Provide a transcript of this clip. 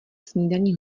snídani